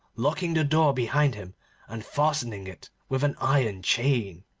locking the door behind him and fastening it with an iron chain.